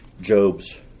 Job's